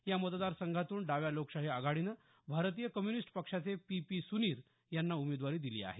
या मतदारसंघातून डाव्या लोकशाही आघाडीनं भारतीय कम्युनिस्ट पक्षाचे पी पी सुनीर यांना उमेदवारी दिली आहे